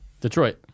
Detroit